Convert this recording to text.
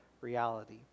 reality